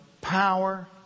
power